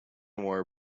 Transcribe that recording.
wore